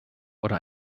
oder